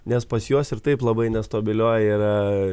nes pas juos ir taip labai nestabilioje yra